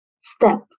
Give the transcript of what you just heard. step